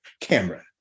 camera